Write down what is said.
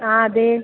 ആ അതെ